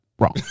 Wrong